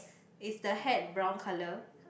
is the hat brown colour